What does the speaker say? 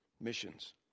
missions